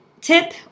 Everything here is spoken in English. tip